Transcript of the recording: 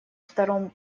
втором